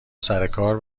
سرکار